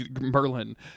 merlin